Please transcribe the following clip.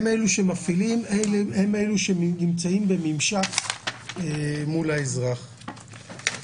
הם אלה שמפעילים, הם אלה שנמצאים בממשק מול האזרח.